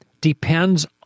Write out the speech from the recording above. depends